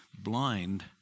blind